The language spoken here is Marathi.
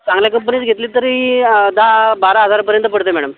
चांगल्या कंपनीची घेतली तरी दहा बारा हजारपर्यंत पडते मॅडम